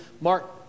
Mark